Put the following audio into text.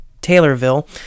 Taylorville